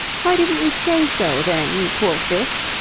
why didn't you say so, then, you poor fish?